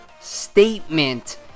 statement